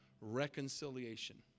reconciliation